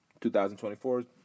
2024